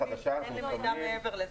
אין לי מידע מעבר לזה.